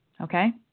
okay